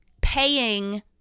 paying